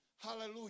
hallelujah